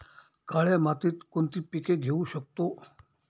काळ्या मातीत कोणती पिके घेऊ शकतो?